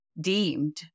deemed